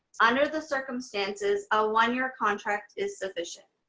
under the circumstances a one year contract is sufficient.